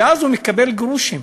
ואז הוא מקבל גרושים,